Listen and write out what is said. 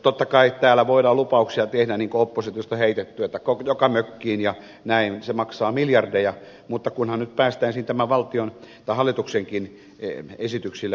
totta kai täällä voidaan lupauksia tehdä niin kuin oppositiosta on heitetty että joka mökkiin ja näin se maksaa miljardeja mutta kunhan nyt päästään ensin tämänkin hallituksen esityksillä eteenpäin